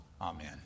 Amen